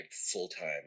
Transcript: full-time